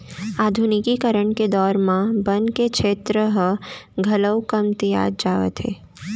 आधुनिकीकरन के दौर म बन के छेत्र ह घलौ कमतियात जावत हे